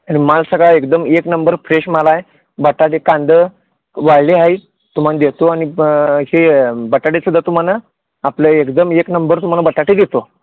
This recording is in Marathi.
आणि माल सगळा एकदम एक नंबर फ्रेश माल आहे बटाटे कांदे वाढले आहे तुम्हाला देतो आणि हे बटाटे सुद्धा तुम्हाला आपलं एकदम एक नंबर तुम्हाला बटाटे देतो